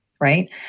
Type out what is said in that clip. right